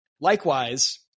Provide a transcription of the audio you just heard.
Likewise